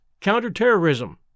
counterterrorism